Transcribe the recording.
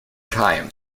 time